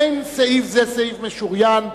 אין סעיף זה סעיף משוריין.